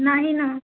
नाही ना